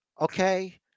Okay